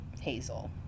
Hazel